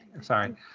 Sorry